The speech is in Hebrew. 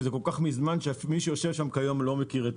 כי זה כל כך מזמן שמי שיושב שם כיום לא ידע